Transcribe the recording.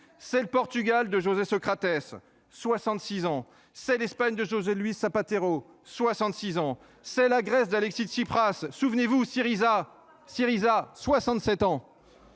c'est le Portugal de José Socrates, 66 ans, c'est l'Espagne de José Luis Zapatero, 66 ans, c'est la Grèce d'Alexis Tsipras souvenez-vous Syriza Syriza, 67 ans.